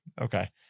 Okay